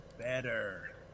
better